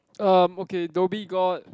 um okay Dhoby-Ghaut